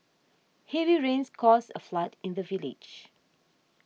heavy rains caused a flood in the village